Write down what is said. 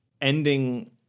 ending